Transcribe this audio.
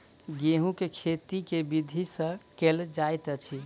गेंहूँ केँ खेती केँ विधि सँ केल जाइत अछि?